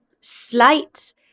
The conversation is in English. slight